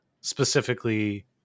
specifically